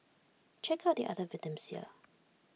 check out the other victims here